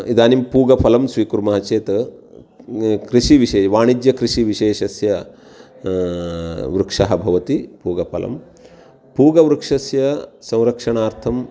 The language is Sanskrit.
इदानीं पूगफलं स्वीकुर्मः चेत् कृषिविषये वाणिज्यकृषिविशेषस्य वृक्षः भवति पूगफलं पूगवृक्षस्य संरक्षणार्थं